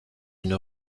une